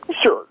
Sure